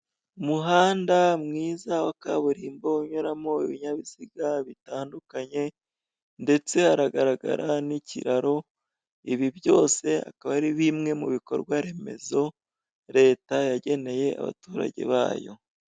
Umuhanda mwiza wa kaburimbo unyuramo ibinyabiziga bitandukanye ndetse haragaragara n'ikiraro. Ibi byose bikaba ari bimwe mu bikorwa remezo Leta yageneye abaturage bayo.